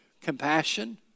Compassion